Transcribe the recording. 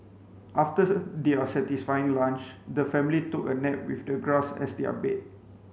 after their satisfying lunch the family took a nap with the grass as their bed